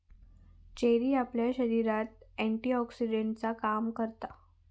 cherry आपल्या शरीरात एंटीऑक्सीडेंटचा काम करता